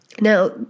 Now